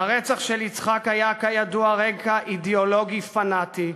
לרצח של יצחק היה, כידוע, רקע אידיאולוגי פנאטי,